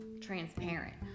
transparent